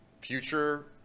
future